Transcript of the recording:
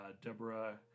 Deborah